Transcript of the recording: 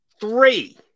Three